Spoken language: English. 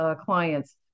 clients